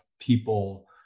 people